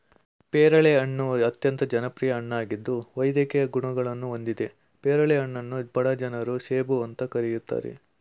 ಪೇರಳೆ ಹಣ್ಣು ಅತ್ಯಂತ ಜನಪ್ರಿಯ ಹಣ್ಣಾಗಿದ್ದು ವೈದ್ಯಕೀಯ ಗುಣವನ್ನು ಹೊಂದಿದೆ ಪೇರಳೆ ಹಣ್ಣನ್ನು ಬಡ ಜನರ ಸೇಬು ಅಂತ ಕರೀತಾರೆ